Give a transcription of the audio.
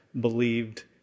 believed